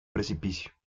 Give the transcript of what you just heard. precipicio